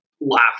laugh